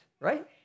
right